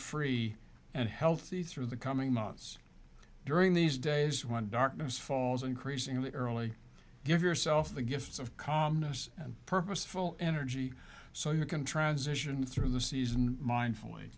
free and healthy through the coming months during these days when darkness falls increasingly early give yourself the gifts of calmness and purposeful energy so you can transition through the season mindfully